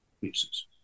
pieces